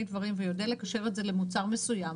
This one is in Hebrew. דברים ויודע לקשר את זה למוצר מסוים,